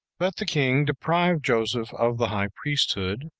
but the king deprived joseph of the high priesthood,